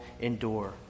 endure